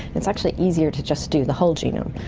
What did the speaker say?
it's actually easier to just do the whole genome.